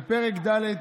בפרק ד'